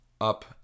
Up